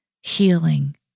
healing